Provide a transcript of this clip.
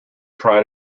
tried